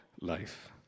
life